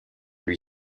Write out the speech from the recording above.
lui